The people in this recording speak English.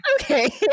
Okay